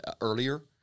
earlier